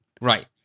Right